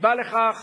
הסיבה לכך